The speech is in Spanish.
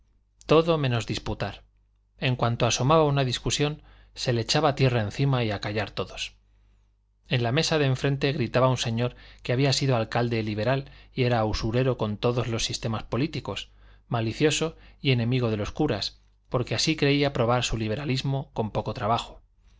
todo menos disputar en cuanto asomaba una discusión se le echaba tierra encima y a callar todos en la mesa de enfrente gritaba un señor que había sido alcalde liberal y era usurero con todos los sistemas políticos malicioso y enemigo de los curas porque así creía probar su liberalismo con poco trabajo